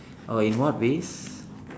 oh in what ways